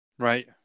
Right